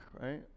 right